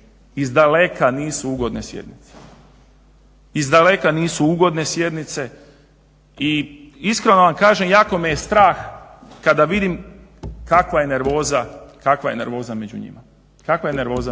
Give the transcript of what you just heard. to više nisu izdaleka ugodne sjednice i iskreno da vam kažem jako me je strah kada vidim kakva je nervoza